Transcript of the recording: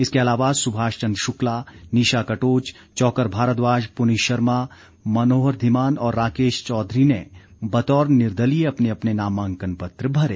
इसके अलावा सुभाष चंद शुक्ला निशा कटोच चौक्कर भारद्वाज पुनीश शर्मा मनोहर धीमान और राकेश चौधरी ने बतौर निर्दलीय अपने अपने नामांकन पत्र भरे